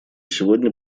сегодня